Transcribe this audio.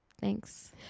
thanks